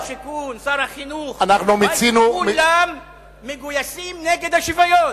שר השיכון, שר החינוך, כולם מגויסים נגד השוויון,